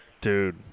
Dude